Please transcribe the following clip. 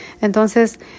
entonces